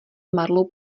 marlou